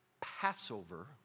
Passover